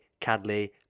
Cadley